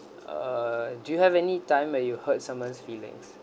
uh do you have any time where you hurt someone's feelings